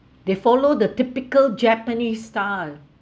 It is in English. they follow the typical japanese style